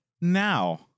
now